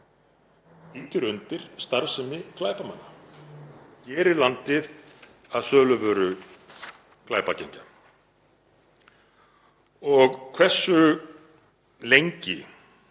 ýtir undir starfsemi glæpamanna, gerir landið að söluvöru glæpagengja. Og hversu lengi